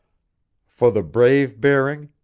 for the brave bearing,